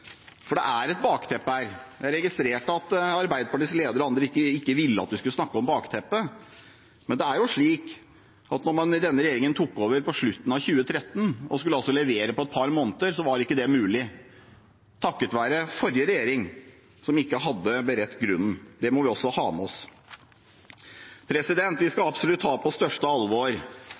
For det er et bakteppe her. Jeg registrerte at Arbeiderpartiets leder og andre ikke ville at man skulle snakke om bakteppet. Men det er jo slik at da denne regjeringen tok over i 2013 og skulle levere på et par måneder, så var ikke det mulig takket være forrige regjering, som ikke hadde beredt grunnen. Det må vi også ha med oss. Vi skal absolutt ta på det største alvor